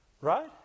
Right